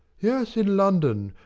yes, in london.